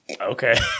okay